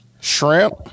shrimp